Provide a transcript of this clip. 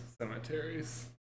cemeteries